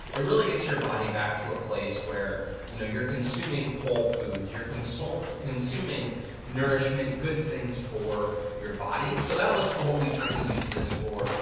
it really gets your body back to a place where you know you're consuming whole foods. you're consuming consuming nourishment, good things for your body, so that was what we kind of used this for,